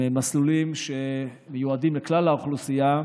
הם מסלולים שמיועדים לכלל האוכלוסייה,